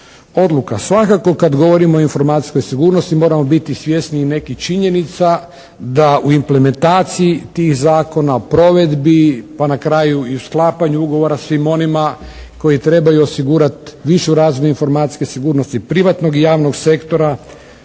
odluka. Svakako, kad govorimo o informacijskoj sigurnosti moramo biti svjesni i nekih činjenica da u implementaciji tih zakona, o provedi, pa na kraju i u sklapanju ugovora svim onima koji trebaju osigurati višu razinu informacijske sigurnosti privatnog i javnog sektora